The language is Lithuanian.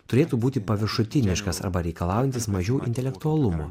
turėtų būti paviršutiniškas arba reikalaujantis mažiau intelektualumo